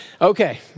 okay